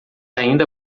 ainda